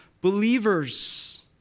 believers